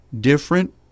different